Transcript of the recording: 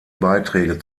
beiträge